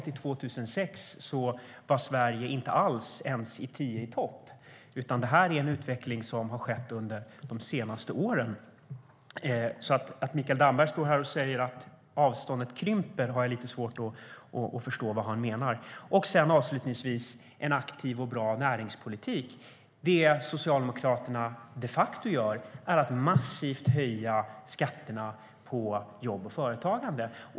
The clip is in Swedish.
År 2006 var Sverige inte ens i tio-i-topp. Det här är en utveckling som har skett under de senaste åren. När Mikael Damberg står här och säger att avståndet krymper har jag lite svårt att förstå vad han menar. Vad gäller en aktiv och bra näringspolitik kan jag säga att det som Socialdemokraterna de facto gör är att massivt höja skatterna på jobb och företagande.